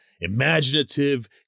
imaginative